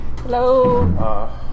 Hello